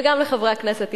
וגם לחברי הכנסת,